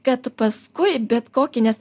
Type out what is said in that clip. kad paskui bet kokį nes